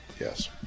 Yes